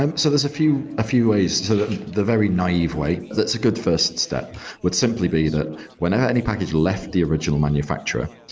and so there's a few ways, sort of the very naive way that's a good first step would simply be that whenever any package left the original manufacturer,